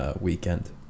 weekend